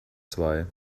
zwei